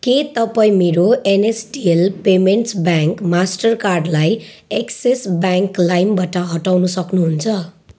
के तपाईँ मेरो एनएसडिएल पेमेन्ट्स ब्याङ्क मास्टर कार्डलाई एक्सिस ब्याङ्क लाइमबाट हटाउन सक्नुहुन्छ